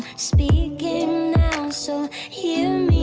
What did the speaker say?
speaking now so hear